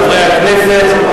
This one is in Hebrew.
חברי הכנסת,